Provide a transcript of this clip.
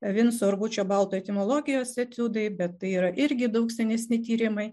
vinco urbučio baltų etimologijos etiudai bet tai yra irgi daug senesni tyrimai